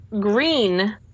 green